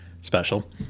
special